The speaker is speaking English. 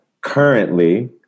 currently